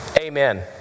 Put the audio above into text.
Amen